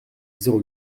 zéro